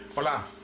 but